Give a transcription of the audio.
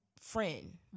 friend